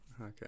Okay